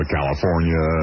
California